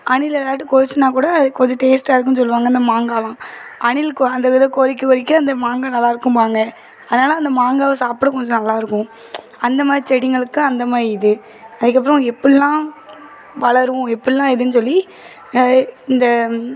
அணில் எதாட்டு கொறிச்சினா கூட அது கொஞ்சம் டேஸ்ட்டாக இருக்குதுன்னு சொல்லுவாங்க அந்த மாங்காலாம் அணில் கோ அந்த இதை இதை கொறிக்க கொறிக்க அந்த மாங்காய் நல்லா இருக்கும்பாங்க அதனால் அந்த மாங்காவை சாப்பிட கொஞ்சம் நல்லா இருக்கும் அந்த மாதிரி செடிங்களுக்கு அந்த மாதிரி இது அதுக்கப்பறம் எப்பட்லாம் வளரும் எப்பட்லாம் எதுன்னு சொல்லி இந்த